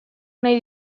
nahi